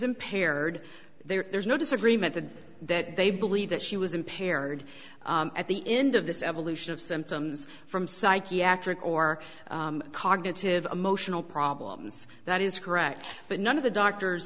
impaired there's no disagreement that that they believe that she was impaired at the end of this evolution of symptoms from psychiatric or cognitive emotional problems that is correct but none of the doctors